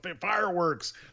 fireworks